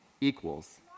equals